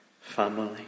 family